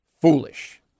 Foolish